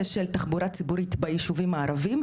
של תחבורה ציבורית ביישובים הערביים,